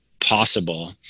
possible